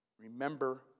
Remember